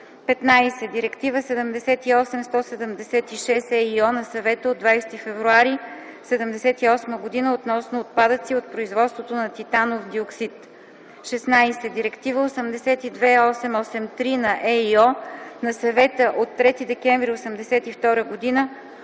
15. Директива 78/176/ ЕИО на Съвета от 20 февруари 1978 г. относно отпадъци от производството на титанов диоксид. 16. Директива 82/883/ ЕИО на Съвета от 3 декември 1982 г.